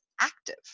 active